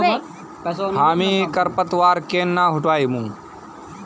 हामी खरपतवार केन न हटामु